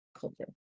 culture